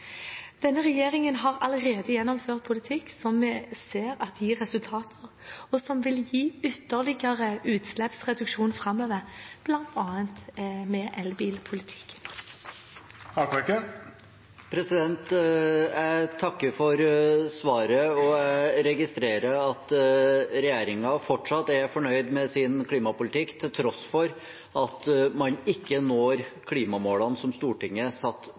Denne regjeringen har allerede gjennomført politikk som vi ser gir resultater, og som vil gi ytterligere utslippsreduksjoner framover, bl.a. elbilpolitikken. Jeg takker for svaret, og jeg registrerer at regjeringen fortsatt er fornøyd med sin klimapolitikk til tross for at man ikke når klimamålene som Stortinget satte